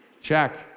Check